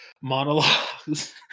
monologues